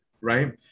right